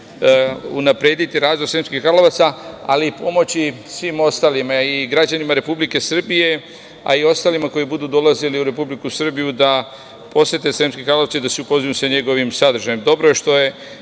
unaprediti razvoj Sremskih Karlovaca, ali i pomoći svima ostalima, i građanima Republike Srbije, a i ostalima koji budu dolazili u Republiku Srbiju da posete Sremske Karlovce i da se upoznaju sa njihovim sadržajem. Dobro je što je